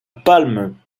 palme